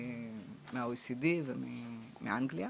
מה-OECD ומאנגליה.